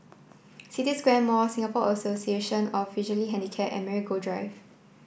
City Square Mall Singapore Association of Visually Handicapped and Marigold Drive